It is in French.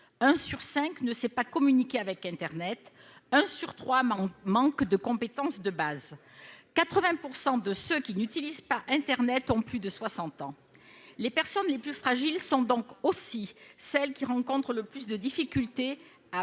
un sur cinq ne sait pas communiquer avec internet, un sur trois manque de compétences de base, et 80 % de ceux qui n'utilisent pas internet ont plus de 60 ans. Les personnes les plus fragiles sont donc aussi celles qui rencontrent le plus de difficultés à